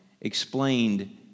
explained